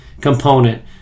component